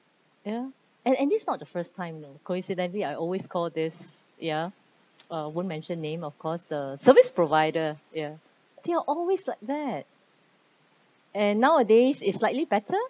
ya and and it's not the first time you know coincidentally I always call this ya uh won't mention name of course the service provider ya they are always like that and nowadays it's slightly better